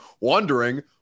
wondering